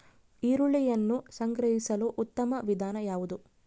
ಈರುಳ್ಳಿಯನ್ನು ಸಂಗ್ರಹಿಸಲು ಉತ್ತಮ ವಿಧಾನ ಯಾವುದು?